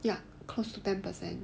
ya close to ten percent